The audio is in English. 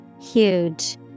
Huge